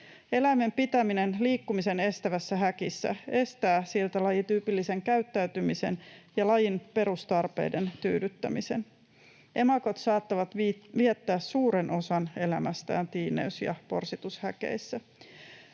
Eläimen pitäminen liikkumisen estävässä häkissä estää siltä lajityypillisen käyttäytymisen ja lajin perustarpeiden tyydyttämisen. Emakot saattavat viettää suuren osan elämästään tiineys- ja porsitushäkeissä.